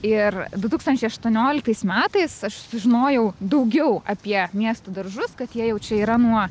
ir du tūkstančiai aštuonioliktais metais aš sužinojau daugiau apie miesto daržus kad jie jau čia yra nuo